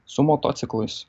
su motociklais